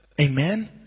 Amen